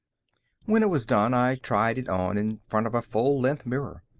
when it was done, i tried it on in front of a full-length mirror.